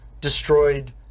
destroyed